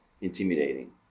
intimidating